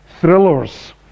thrillers